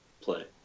play